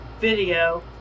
video